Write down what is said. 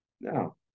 Now